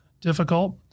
difficult